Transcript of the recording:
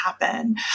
happen